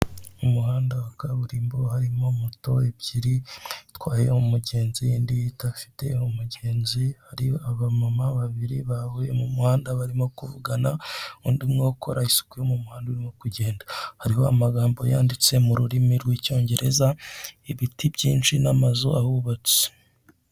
Umuhanda wa kaburimbo harimo moto ebyiri itwaye umugenzi indi idafite umugenzi hari aba mama babiri bavuye mumuhanda barimo kuvugana undi umwe ukora isuku yo mumuhanda urimo kugenda hariho amagambo yanditse mururimi rwicyongereza ibiti byinshi namazu ahubatse